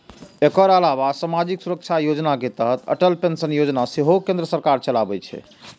एकर अलावा सामाजिक सुरक्षा योजना के तहत अटल पेंशन योजना सेहो केंद्र सरकार चलाबै छै